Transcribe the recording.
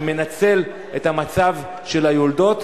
שמנצל את מצב היולדות,